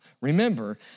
Remember